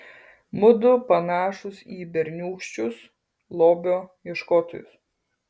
mudu panašūs į berniūkščius lobio ieškotojus